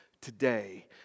today